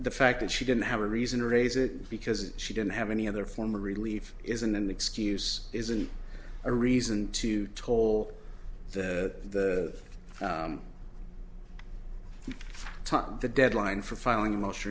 the fact that she didn't have a reason to raise it because she didn't have any other form of relief isn't an excuse isn't a reason to toll the time the deadline for filing